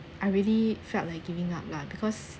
I really felt like giving up lah because